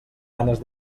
ganes